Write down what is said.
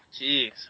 Jeez